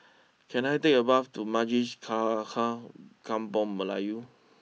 can I take a bus to Kampung Melayu